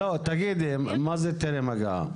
תגידי מה זה טרם הגעה.